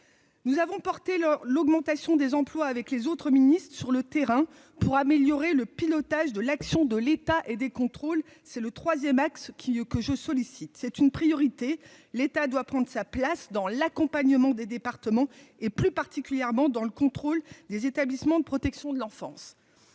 Nous avons porté le l'augmentation des emplois avec les autres ministres sur le terrain pour améliorer le pilotage de l'action de l'État et des contrôles, c'est le 3ème axe qui eux que je sollicite, c'est une priorité, l'État doit prendre sa place dans l'accompagnement des départements, et plus particulièrement dans le contrôle des établissements de protection de l'enfance,